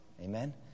Amen